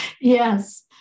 Yes